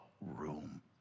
room